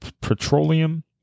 Petroleum